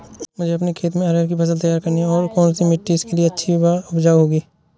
मुझे अपने खेत में अरहर की फसल तैयार करनी है और कौन सी मिट्टी इसके लिए अच्छी व उपजाऊ होगी?